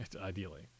ideally